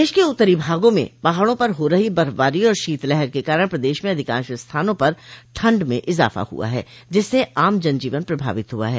देश के उत्तरी भागों में पहाड़ों पर हो रही बर्फबारो और शीत लहर के कारण प्रदेश में अधिकांश स्थानों पर ठंड में इजाफा हुआ है जिससे आम जन जीवन प्रभावित हुआ है